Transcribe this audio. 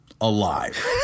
alive